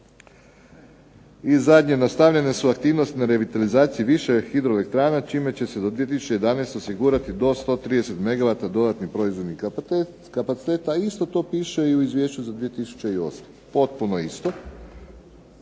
I zadnje nastavljene su aktivnosti na revitalizaciji više hidroelektrana čime će se do 2011. osigurati do 130 megawata dodatnih proizvodnih kapaciteta, isto to piše u izvješću za 2008. potpuno isto.